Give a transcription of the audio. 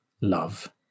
love